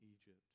Egypt